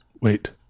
Wait